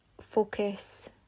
focus